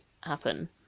happen